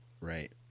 Right